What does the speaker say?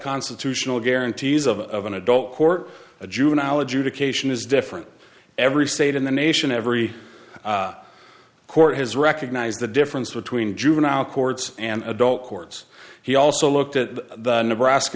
constitutional guarantees of an adult court a juvenile adjudication is different every state in the nation every court has recognized the difference between juvenile courts and adult courts he also looked at the nebraska